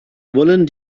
wollen